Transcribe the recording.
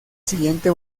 siguiente